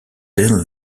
del